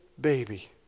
baby